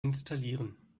installieren